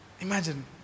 Imagine